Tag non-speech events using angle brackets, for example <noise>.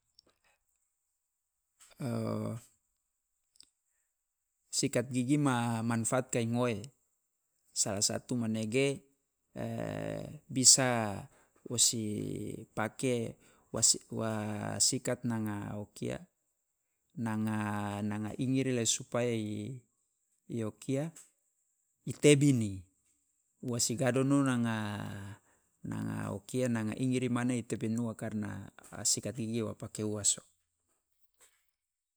<hesitation> sikat gigi ma manfaat kai ngoe salah satu manege <hesitation> bisa wo si pake wa si- wa sikat nanga o kia nanga nanga ingiri la supaya i <hesitation> i o kia i tebini wa sigadono nanga na- o kia nanga ingiri mane i tebini ua karena sikat gigi wo pake ua so.